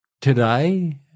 today